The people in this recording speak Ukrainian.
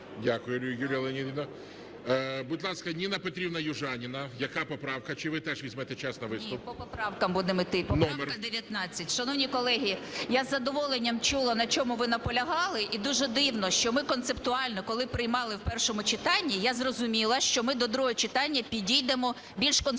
Дякую, Юлія Леонідівна. Будь ласка, Ніна Петрівна Южаніна, яка поправка? Чи ви теж візьмете час на виступ? 13:08:15 ЮЖАНІНА Н.П. Ні, по поправках будемо йти. Поправка 19. Шановні колеги, я з задоволенням чула на чому ви наполягали, і дуже дивно, ми концептуально, коли приймали в першому читанні, я зрозуміла, що ми до другого читання підійдемо більш конструктивно.